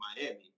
Miami